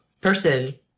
person